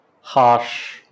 harsh